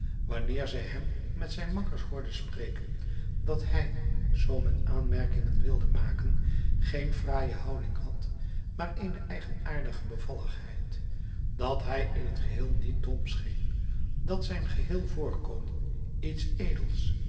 wanneer zij hem met zijn makkers hoorde spreken dat hij zoo men aanmerkingen wilde maken geen fraaie houding had maar eene eigenaardige bevalligheid dat hij in t geheel niet dom scheen dat zijn geheel voorkomen iets